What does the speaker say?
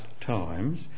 times